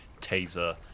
taser